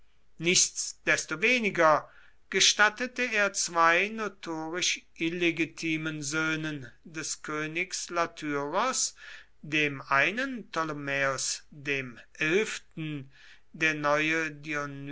nichtsdestoweniger gestattete er zwei notorisch illegitimen söhnen des königs lathyros dem einen ptolemaeos xi der neue